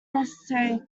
necessary